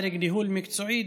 דרג ניהול מקצועי,